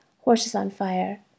horses-on-fire—